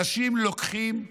אנשים לוקחים לאומנה,